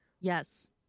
Yes